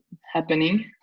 happening